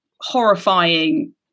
horrifying